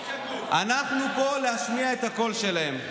אנחנו פה להשמיע את הקול שלהם.